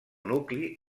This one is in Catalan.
nucli